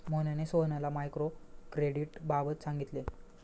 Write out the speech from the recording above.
मोहनने सोहनला मायक्रो क्रेडिटबाबत सांगितले